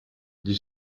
gli